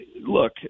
Look